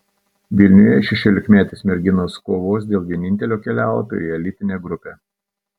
vilniuje šešiolikmetės merginos kovos dėl vienintelio kelialapio į elitinę grupę